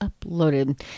uploaded